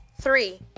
Three